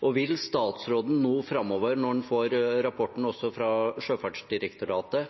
mitt: Vil statsråden nå framover, når han får rapporten også fra Sjøfartsdirektoratet,